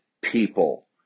people